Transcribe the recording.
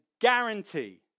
guarantee